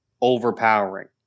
overpowering